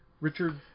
Richard